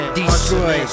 Destroy